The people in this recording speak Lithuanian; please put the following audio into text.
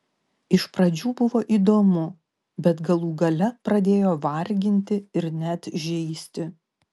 iš pradžių buvo įdomu bet galų gale pradėjo varginti ir net žeisti